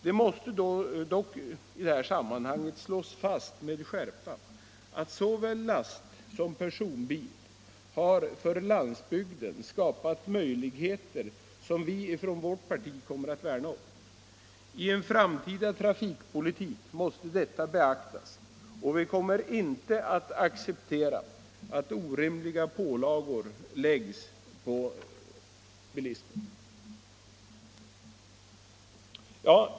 Det måste dock i det här sammanhanget slås fast med skärpa att såväl lastsom personbil har för landsbygden skapat möjligheter som vi från vårt parti kommer att värna om. I en framtida trafikpolitik måste detta beaktas, och vi kommer inte att acceptera orimliga pålagor på bilismen.